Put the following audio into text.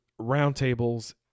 roundtables